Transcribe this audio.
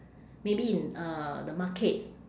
maybe in uh the market